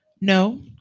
no